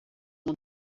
uma